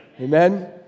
Amen